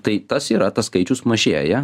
tai tas yra tas skaičius mažėja